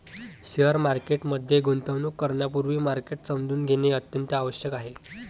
share market मध्ये गुंतवणूक करण्यापूर्वी मार्केट समजून घेणे अत्यंत आवश्यक आहे